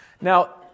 Now